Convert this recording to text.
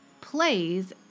plays